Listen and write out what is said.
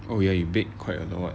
oh ya you baked quite a lot